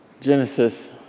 Genesis